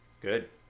Good